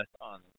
on